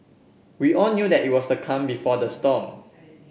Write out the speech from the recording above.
we all knew that it was the calm before the storm